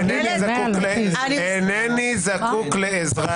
איני זקוק לעזרה.